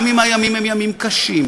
גם אם הימים הם ימים קשים,